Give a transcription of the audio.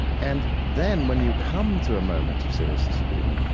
and then when you come to a moment of serious disagreement,